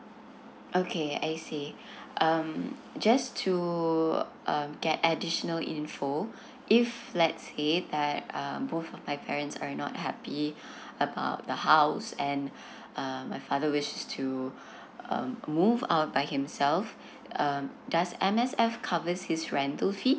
okay I see um just to um get additional info if let say that um both of my parents are not happy about the house and um my father wishes to um move out by himself um does M_S_F covers his rental fees